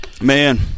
Man